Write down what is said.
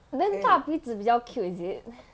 then 大鼻子比较 cute is it